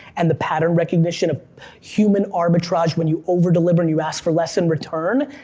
and the pattern recognition of human arbitrage, when you over-deliver and you ask for less in return,